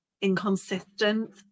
inconsistent